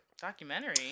documentary